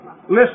Listen